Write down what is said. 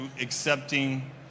accepting